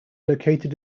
located